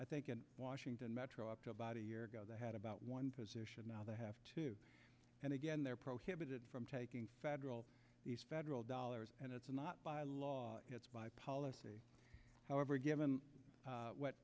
i think in washington metro up to about a year ago they had about one position now they have to and again they're prohibited from taking federal these federal dollars and it's not by law it's by policy however given what